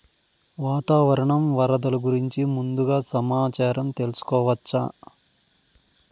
వాతావరణం వరదలు గురించి ముందుగా సమాచారం తెలుసుకోవచ్చా?